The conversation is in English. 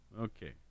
Okay